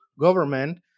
government